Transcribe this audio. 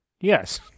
yes